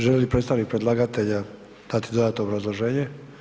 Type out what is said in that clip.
Želi li predstavnik predlagatelja dati dodatno obrazloženje?